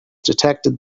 detected